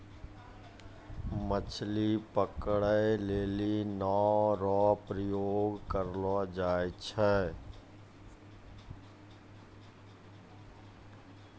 मछली पकड़ै लेली नांव रो प्रयोग करलो जाय छै